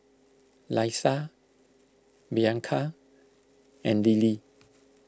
Leisa Bianca and Lilly